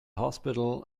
hospital